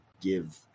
give